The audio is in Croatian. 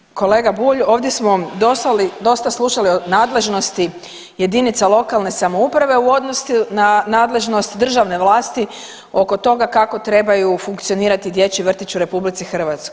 Uvaženi kolega Bulj ovdje smo dosta slušali o nadležnosti jedinica lokalne samouprave u odnosu na nadležnost državne vlasti oko toga kako trebaju funkcionirati dječji vrtići u RH.